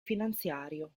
finanziario